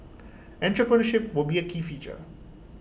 entrepreneurship would be A key feature